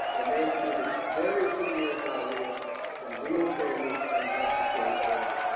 and they included very severe diarrhea and renal failure and respiratory failure.